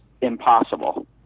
impossible